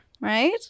right